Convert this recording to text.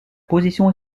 position